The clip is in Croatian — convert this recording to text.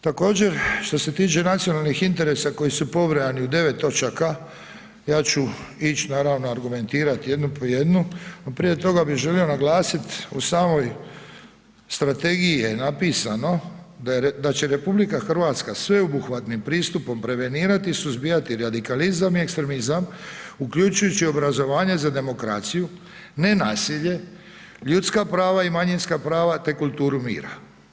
Također, što se tiče nacionalnih interesa koji su pobrojani u 9. točaka, ja ću ići naravno argumentirati jednu po jednu, no prije toga bih želio naglasiti u samoj strategiji je napisano da će RH sveobuhvatnim pristupom prevenirati i suzbijati radikalizam i ekstremizam, uključujući obrazovanje za demokraciju, nenasilje, ljudska prava i manjinska prava te kulturu mira.